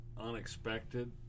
unexpected